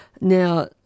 Now